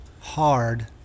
hard